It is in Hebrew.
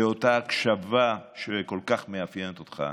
לאותה הקשבה שכל כך מאפיינת אותך